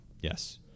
Yes